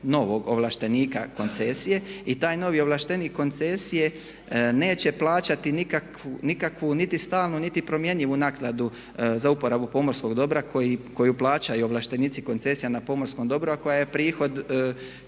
novog ovlaštenika koncesije. I taj novi ovlaštenik koncesije neće plaćati nikakvu niti stalnu niti promjenjivu naknadu za uporabu pomorskog dobra koju plaćaju ovlaštenici koncesija na pomorskom dobru a koja je prihod,